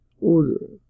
order